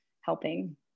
helping